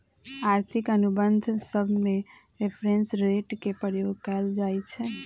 आर्थिक अनुबंध सभमें रेफरेंस रेट के प्रयोग कएल जाइ छइ